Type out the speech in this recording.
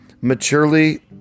maturely